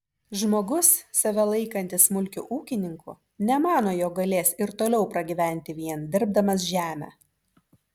žmogus save laikantis smulkiu ūkininku nemano jog galės ir toliau pragyventi vien dirbdamas žemę